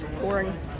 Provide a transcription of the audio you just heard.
boring